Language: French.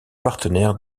partenaire